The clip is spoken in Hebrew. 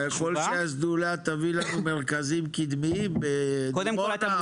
אתה יכול שהשדולה תביא לנו מרכזים קדמיים בדימונה,